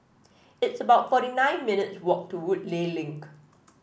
it's about forty nine minutes' walk to Woodleigh Link